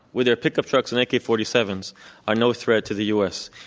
with their pickup trucks and ak forty seven s are no threat to the us.